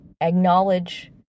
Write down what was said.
acknowledge